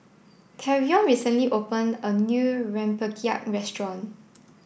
tavion recently opened a new rempeyek restaurant